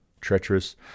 treacherous